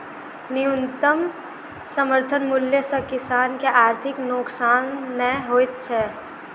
न्यूनतम समर्थन मूल्य सॅ किसान के आर्थिक नोकसान नै होइत छै